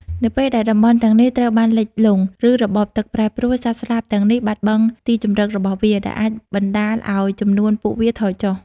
នៅពេលដែលតំបន់ទាំងនេះត្រូវបានលិចលង់ ឬរបបទឹកប្រែប្រួល សត្វស្លាបទាំងនេះបាត់បង់ទីជម្រករបស់វា ដែលអាចបណ្តាលឱ្យចំនួនពួកវាថយចុះ។